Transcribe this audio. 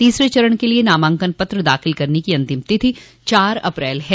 तीसरे चरण के लिये नामांकन पत्र दाखिल करने की अंतिम तिथि चार अप्रैल है